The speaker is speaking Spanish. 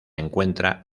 encuentra